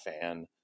fan